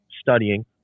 studying